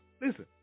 listen